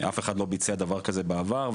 ואף אחד לא ביצע דבר כזה בעבר,